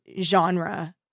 genre